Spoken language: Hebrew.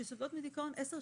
שסובלות מדיכאון 10 שנים.